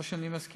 לא שאני מסכים,